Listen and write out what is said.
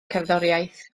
cerddoriaeth